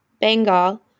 Bengal